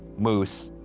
moose,